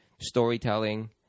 storytelling